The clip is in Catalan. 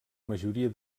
majoria